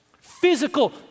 Physical